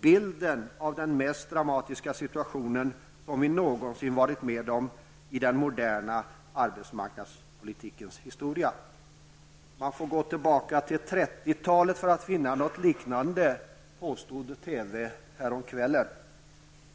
-- av den mest dramatiska situation som vi någonsin varit med om i den moderna arbetsmarknadspolitikens historia. Man får gå tillbaka till 30-talet för att finna något liknande, påstods i TV häromkvällen.